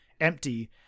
empty